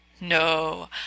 No